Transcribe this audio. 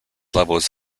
levels